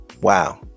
Wow